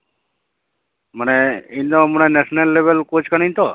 ᱢᱟᱱᱮ ᱤᱧ ᱫᱚ ᱢᱟᱱᱮ ᱱᱮᱥᱱᱮᱞ ᱞᱮᱵᱮᱞ ᱠᱳᱪ ᱠᱟᱹᱱᱟᱹᱧ ᱛᱚ